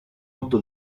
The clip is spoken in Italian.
otto